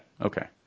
Okay